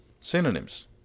synonyms